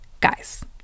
Guys